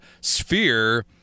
sphere